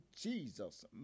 Jesus